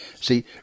See